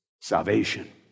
salvation